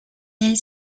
del